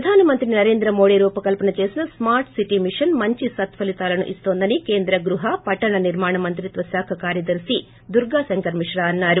ప్రధాన మంత్రి నరేంద్ర మోదీ రూపకల్పన చేసిన స్కార్ట్ సిటీ మిషన్ మంచి సత్పలీతాలను ఇస్తోందని కేంద్ర గృహ పట్షణ నిర్మాణ మంత్రిత్వ శాఖ కార్యదర్తి దుర్గా శంకర్ మిత్రా అన్నారు